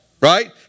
right